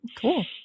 Cool